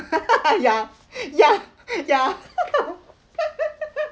ya ya ya